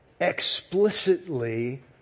explicitly